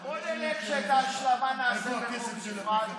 אז בוא נלך שאת ההשלמה נעשה בחוק נפרד.